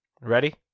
Ready